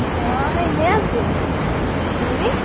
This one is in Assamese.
মই এনেই আছোঁ তুমি